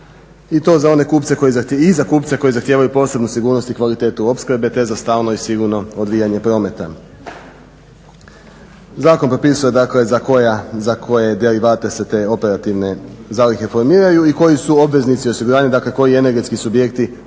i za one kupce koji zahtijevaju posebnu sigurnost i kvalitetu opskrbe te za stalno i sigurno odvijanje prometa. Zakon propisuje dakle za koje derivate se te operativne formiraju i koji su obveznici osiguranja, koji energetski subjekti su